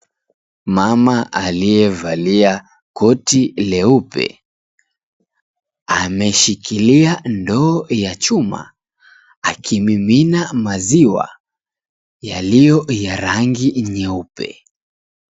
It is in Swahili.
Mama alievalia koti leupe ameshikilia ndoo ya chuma akimimina maziwa yaliyo ya rangi nyeupe.